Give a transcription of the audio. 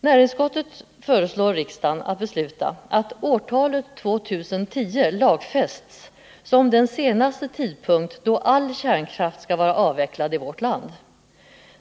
Näringsutskottet föreslår riksdagen besluta att årtalet 2010 lagfästs som den senaste tidpunkt då all kärnkraft skall vara avvecklad i vårt land.